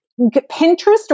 Pinterest